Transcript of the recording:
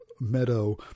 meadow